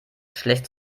schlecht